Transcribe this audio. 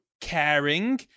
caring